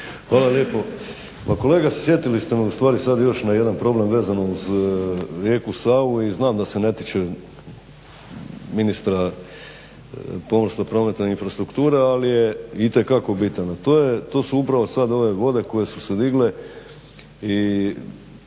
Hvala lijepo. Pa kolega sjetili ste me sad ustvari još na jedan problem vezano uz rijeku Savu i znam da se ne tiče ministra pomorstva, prometa i infrastrukture al je itekako bitan a to je, to su upravo sad ove vode koje su se digle i